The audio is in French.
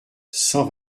cent